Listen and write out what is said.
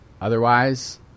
Otherwise